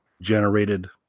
generated